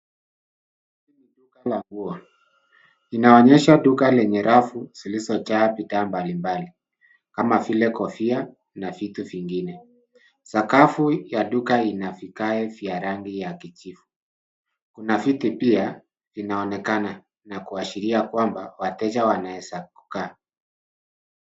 Hii ni duka la nguo. Inaonyesha duka lenye rafu zilizojaa bidhaa mbali mbali kama vile kofia na vitu vingine. Sakafu ya duka ina vigae vya rangi ya kijivu. Kuna viti pia vinaonekana na kuashiria kwamba wateja wanaeza kukaa.